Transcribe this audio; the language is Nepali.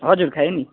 हजुर खायौँ नि